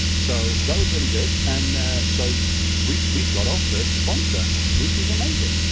so, that was really good. and so we've we've got our first sponsor, which is amazing.